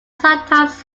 sometimes